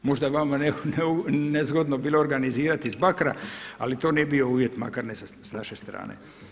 Možda je vama nezgodno bilo organizirati iz Bakra, ali to ne bi bio uvjet makar ne sa naše strane.